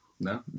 No